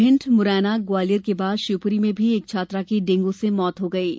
भिण्ड मुरैना ग्वालियर के बाद शिवपुरी में भी एक छात्रा की डेंगू से मौत हो गई है